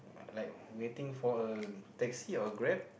like waiting for a Taxi or Grab